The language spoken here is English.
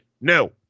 no